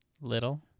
Little